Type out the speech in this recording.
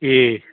ए